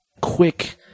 quick